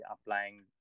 applying